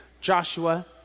Joshua